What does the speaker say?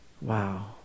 wow